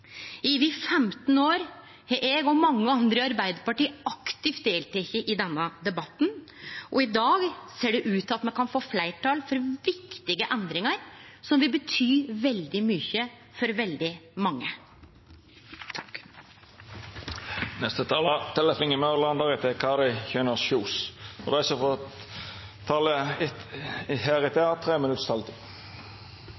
I over 15 år har eg og mange andre i Arbeidarpartiet aktivt delteke i denne debatten, og i dag ser det ut til at me kan få fleirtal for viktige endringar som vil bety veldig mykje for veldig mange.